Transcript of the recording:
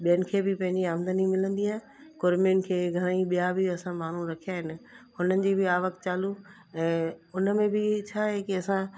ॿियनि खे बि पंहिंजी आमदनी मिलंदी आहे कुड़िमियुनि खे घणी ॿिया बि असां माण्हू रखिया आहिनि उन्हनि जी बि आवक चालू उन में बि छा आहे की असां